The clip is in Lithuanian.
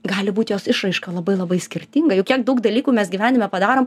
gali būt jos išraiška labai labai skirtinga juk kiek daug dalykų mes gyvenime padarom